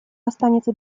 останется